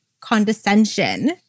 Condescension